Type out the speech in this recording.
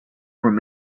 from